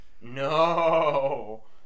no